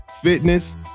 Fitness